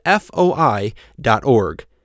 foi.org